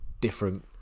different